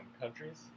Countries